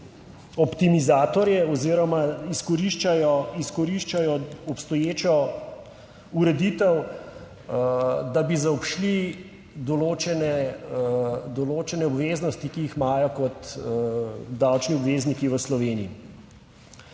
optimizatorje oziroma izkoriščajo obstoječo ureditev, da bi zaobšli določene obveznosti, ki jih imajo kot davčni obvezniki v Sloveniji.